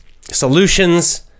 solutions